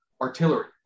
artillery